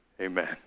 Amen